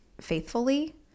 faithfully